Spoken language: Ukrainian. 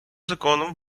законом